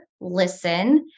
listen